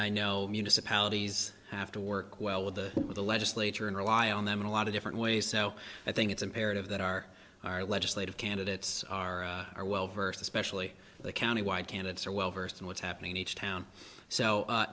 i know municipalities have to work well with the with the legislature and rely on them in a lot of different ways so i think it's imperative that our our legislative candidates are are well versed especially the countywide candidates are well versed in what's happening in each town so